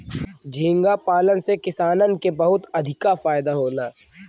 झींगा पालन से किसानन के बहुते अधिका फायदा होला